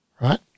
Right